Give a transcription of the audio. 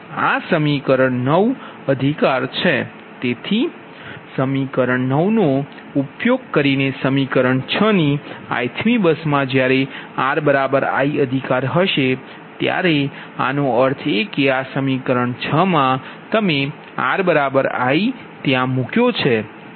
આ સમીકરણ 9 અધિકાર છે તેથી સમીકરણ 9 નો ઉપયોગ કરીને સમીકરણ 6 ની ith મી બસમાં જ્યારે r i અધિકાર હશે ત્યારે આનો અર્થ એ કે આ સમીકરણ 6 માં તમે r i સમીકરણમાં તમે મૂક્યો છે